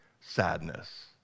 sadness